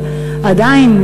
אבל עדיין,